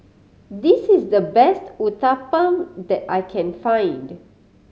this is the best Uthapam that I can find